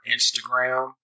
Instagram